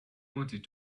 wanted